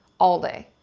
all day.